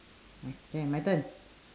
okay my turn